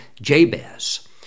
Jabez